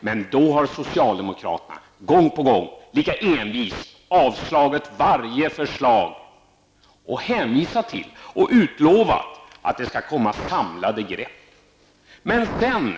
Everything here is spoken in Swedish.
Men då har socialdemokraterna gång på gång lika envist avslagit varje förslag och hänvisat till och utlovat att det skall komma samlade grepp.